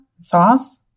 sauce